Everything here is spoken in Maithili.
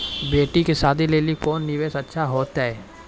बेटी के शादी लेली कोंन निवेश अच्छा होइतै?